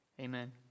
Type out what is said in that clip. amen